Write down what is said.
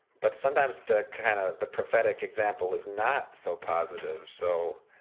but sometimes the kind of the prophetic example is not so positive. so,